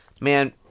Man